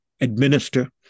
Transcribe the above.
administer